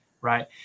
right